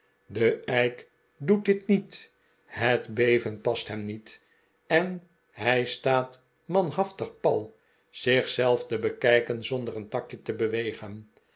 de eik doet dit niet het beven past hem niet en hij staat manhaftig pal zich zelf te bekijken zonder en takje te bewegen